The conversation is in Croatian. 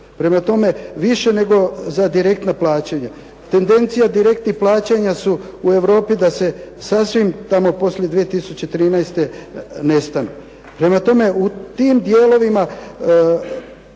Prema tome, više nego za direktna plaćanja. Tendencija direktnih plaćanja su u Europi da se sasvim tamo poslije 2013. nestanu. Prema tome, u tim dijelovima